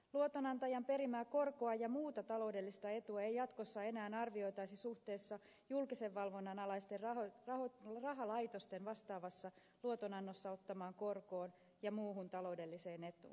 luotonantajan perimää korkoa ja muuta taloudellista etua ei jatkossa enää arvioitaisi suhteessa julkisen valvonnan alaisten rahalaitosten vastaavassa luotonannossa ottamaan korkoon ja muuhun taloudelliseen etuun